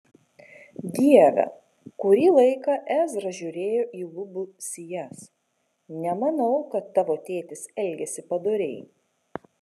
dieve kurį laiką ezra žiūrėjo į lubų sijas nemanau kad tavo tėtis elgėsi padoriai